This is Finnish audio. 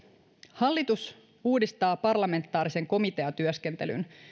hallitus uudistaa parlamentaarisen komiteatyöskentelyn